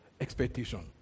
Expectation